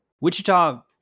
Wichita